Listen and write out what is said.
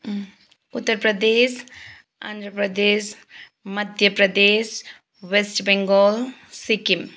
Uttar Pradesh Andhra Pradesh Madhya Pradesh west Bengal Sikkim